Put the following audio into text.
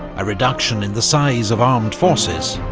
a reduction in the size of armed forces,